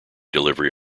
delivery